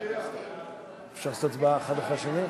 הכלכלה בדבר תיקון טעות בחוק קידום התחרות בענף המזון,